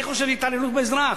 אני חושב שזאת התעללות באזרח.